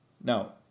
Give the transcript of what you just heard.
Now